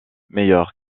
meilleure